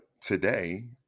Today